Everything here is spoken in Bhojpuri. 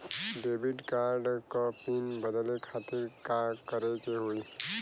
डेबिट कार्ड क पिन बदले खातिर का करेके होई?